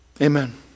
Amen